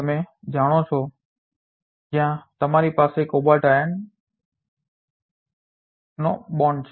તમે જાણો છો કે ઘણા જીવન બચાવતી દવાઓ અથવા ખૂબ નિર્ણાયક દવાઓમાં પણ ધાતુના આયનો હોય છે જે પરોક્ષ અથવા સીધા આપણા જીવનને બચાવે છે